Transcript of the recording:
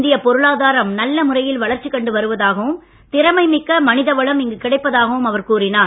இந்திய பொருளாதாரம் நல்ல முறையில் வளர்ச்சி கண்டு வருவதாகவும் திறமைமிக்க மனிதவளம் இங்கு கிடைப்பதாகவும் அவர் கூறினார்